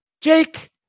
Jake